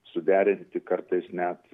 suderinti kartais net